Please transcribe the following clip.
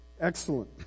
excellent